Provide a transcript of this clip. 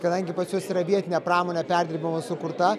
kadangi pas juos yra vietinė pramonė perdirbimui sukurta